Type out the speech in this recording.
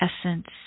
essence